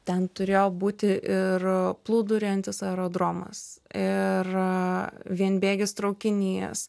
ten turėjo būti ir plūduriuojantis aerodromas ir vienbėgis traukinys